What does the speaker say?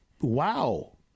wow